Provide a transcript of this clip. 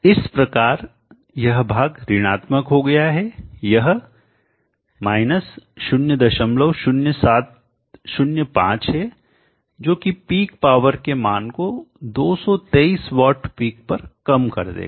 इस प्रकार यह भाग ऋणात्मक हो गया है यह 00705 है जो कि पीक पावर के मान को 223 वाट पिक पर कम कर देगा